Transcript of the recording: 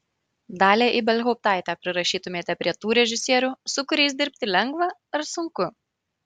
dalią ibelhauptaitę prirašytumėte prie tų režisierių su kuriais dirbti lengva ar sunku